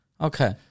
Okay